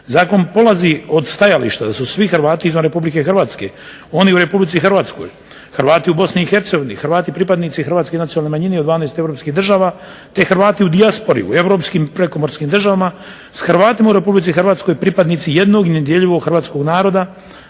Zakon polazi od stajališta da su svi Hrvati izvan RH, oni u RH, Hrvati u BiH, Hrvati pripadnici hrvatskih nacionalnih manjina u 12 europskih država te Hrvati u dijaspori u europskim prekomorskim državama s Hrvatima u RH pripadnici jednog i nedjeljivog hrvatskog naroda